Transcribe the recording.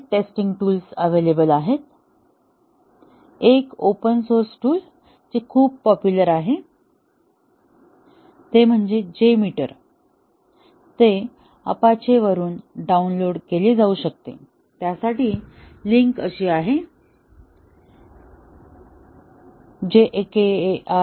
अनेक testing tools available आहेत एक ओपन सोर्स टूल जे खूप पॉप्युलर आहे ते J मीटर आहे ते APACHE वरून डाउनलोड केले जाऊ शकते त्यासाठी लिंक अशी आहे jakarta